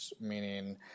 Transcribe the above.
meaning